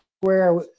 square